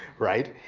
right?